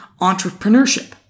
entrepreneurship